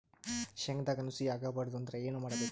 ಶೇಂಗದಾಗ ನುಸಿ ಆಗಬಾರದು ಅಂದ್ರ ಏನು ಮಾಡಬೇಕು?